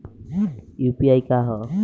UPI का ह?